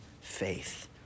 faith